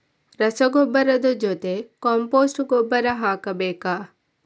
ರಸಗೊಬ್ಬರದ ಜೊತೆ ಕಾಂಪೋಸ್ಟ್ ಗೊಬ್ಬರ ಹಾಕಬೇಕಾ?